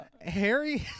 Harry